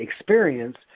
experience